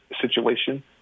situation